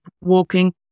walking